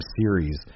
series